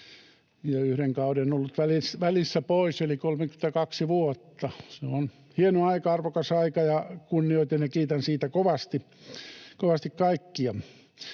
yhden kauden olen ollut välissä pois, niin 32 vuotta. Se on hieno aika, arvokas aika, ja kunnioitan ja kiitän siitä kovasti kaikkia.